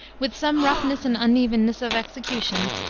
with some roughness and unevenness of execution,